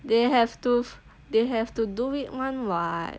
they have to they have to do it [one] [what]